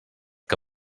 que